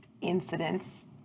incidents